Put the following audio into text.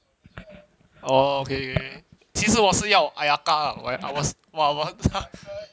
orh okay okay 其实我是要 ayaka lah I was